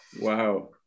wow